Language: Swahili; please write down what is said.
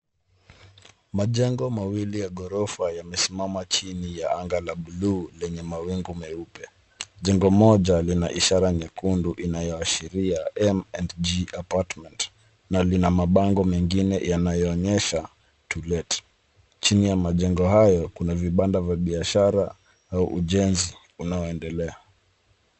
Majengo mawili ya ghorofa yamesimama chini ya anga la bluu lenye mawingu meupe. Jengo moja lina ishara nyekundu inayoashiria M&G Apartment na lina mabango mengine yanayoonyesha To Let . Chini ya majengo hayo, kuna vibanda vya biashara au ujenzi unaoendelea.